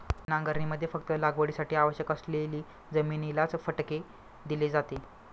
पट्टी नांगरणीमध्ये फक्त लागवडीसाठी आवश्यक असलेली जमिनीलाच फटके दिले जाते